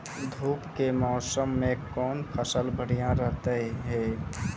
धूप के मौसम मे कौन फसल बढ़िया रहतै हैं?